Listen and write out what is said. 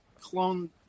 clone